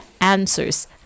answers